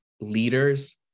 leaders